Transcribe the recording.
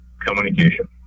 Communication